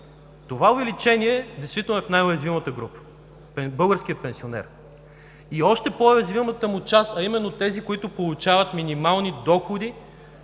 Това увеличение е действително в най-уязвимата група – българският пенсионер, и още по-уязвимата му част, а именно тези, които получават минимални доходи